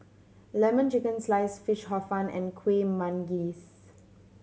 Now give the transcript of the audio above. Lemon Chicken Sliced Fish Hor Fun and Kuih Manggis